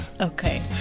Okay